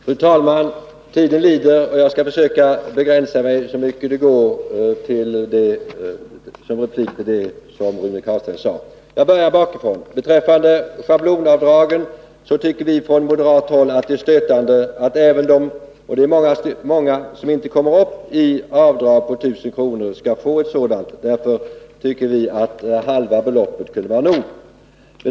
Fru talman! Tiden lider, och jag skall så mycket det går försöka begränsa min replik till vad Rune Carlstein sade. Jag börjar bakifrån. Beträffande schablonavdrag tycker vi från moderat håll att det är stötande att många som inte kommer upp i avdrag på 1 000 kr. skall få göra ett sådant. Vi tycker därför att halva beloppet kunde vara nog.